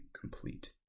complete